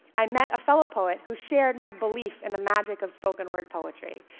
i met a fellow poet who shared my belief in the magic of spoken-word poetry.